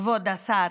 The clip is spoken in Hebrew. כבוד השר.